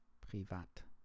Privat